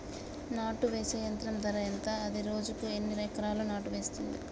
నాటు వేసే యంత్రం ధర ఎంత? అది రోజుకు ఎన్ని ఎకరాలు నాటు వేస్తుంది?